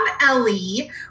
Ellie